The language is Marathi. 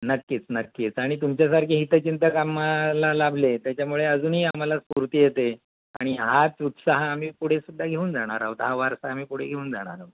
नक्कीच नक्कीच आणि तुमच्यासारखे हितचिंंतक आम्हाला लाभले त्याच्यामुळे अजूनही आम्हाला स्फूर्ती येते आणि हाच उत्साह आम्ही पुढे सुद्धा घेऊन जाणार आहोत हा वारसा आम्ही पुढे घेऊन जाणार आहोत